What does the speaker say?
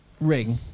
ring